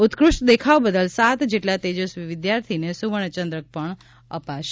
ઉત્ક્રષ્ઠ દેખાવ બદલ સાત જેટલા તેજસ્વી વિદ્યાર્થીને સુવર્ણચંદ્રક પણ અપાશે